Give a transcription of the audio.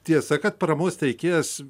tiesa kad paramos teikėjas